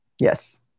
Yes